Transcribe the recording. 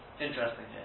interesting